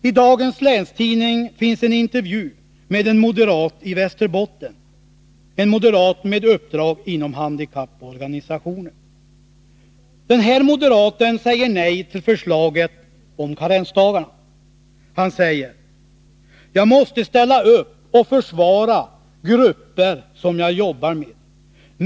I dagens länstidning finns en intervju med en moderat i Västerbotten, med uppdrag inom handikapporganisationer. Den här moderaten säger nej till förslaget om karensdagarna. Han säger: ”Jag måste ställa upp och försvara grupper som jag jobbar med.